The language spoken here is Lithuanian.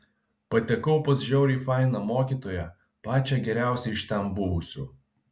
patekau pas žiauriai fainą mokytoją pačią geriausią iš ten buvusių